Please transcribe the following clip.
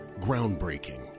Groundbreaking